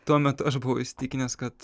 tuomet aš buvau įsitikinęs kad